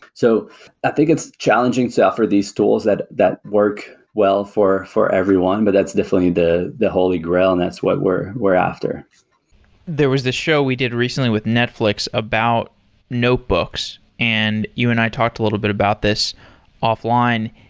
so i think it's challenging to so offer these tools that that work well for for everyone, but that's definitely the the holy grail and that's what we're we're after there was the show we did recently with netflix about notebooks. and you and i talked a little bit about this offline.